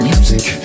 Music